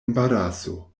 embaraso